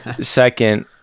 second